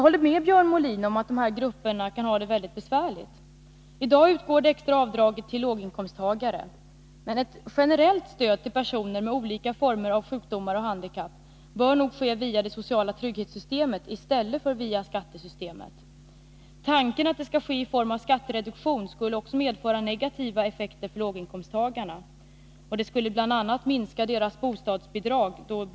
Björn Molin talar om att dessa grupper kan ha det mycket besvärligt, och jag håller med Björn Molin på den punkten. I dag utgår det extra avdraget till låginkomsttagare. Ett generellt stöd till personer som har olika sjukdomar eller handikapp bör nog utgå via det sociala trygghetssystemet i stället för via skattesystemet. Att åstadkomma detta i form av skattereduktionen skulle också medföra negativa effekter för låginkomsttagarna. Det skulle bl.a. medföra minskade bostadsbidrag för dessa.